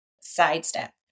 sidestep